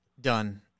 done